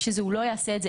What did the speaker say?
שהוא לא יעשה את זה,